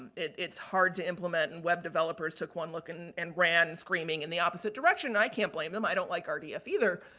it's hard to implement. and, web developers took one look and ran screaming in the opposite direction. i can't blame them. i don't like ah rdf either.